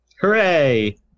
hooray